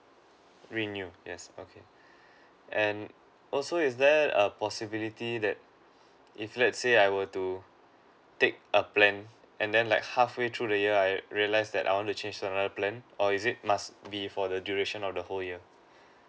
renew yes okay and also is there a possibility that if let's say I want to take a plan and then like halfway through the year I realize that I want to change to another plan or is it must be for the duration of the whole year